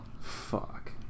Fuck